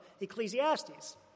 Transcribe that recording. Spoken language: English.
Ecclesiastes